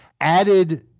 added